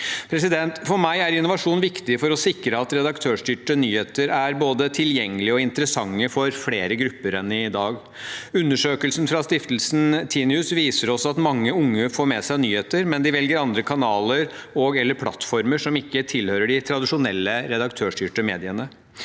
For meg er innovasjon viktig for å sikre at redaktørstyrte nyheter er både tilgjengelige og interessante for flere grupper enn i dag. Undersøkelsen fra Stiftelsen Tinius viser oss at mange unge får med seg nyheter, men de velger andre kanaler og/eller plattformer som ikke tilhører de tradisjonelle redaktørstyrte mediene.